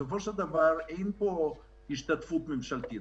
בסופו של דבר אין פה השתתפות ממשלתית,